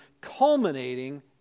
culminating